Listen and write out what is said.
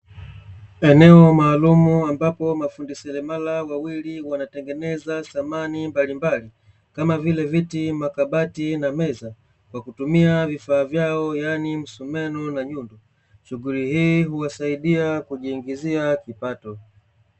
Eneo maalumu ambapo mafundi seremala wawili wanatengeneza samani mbalimbali kama vile viti, makabati na meza kwa kutumia vifaa vyao yaani msumeno na nyundo, shughuli hii huwasaidia kujiingizia kipato.